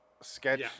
sketch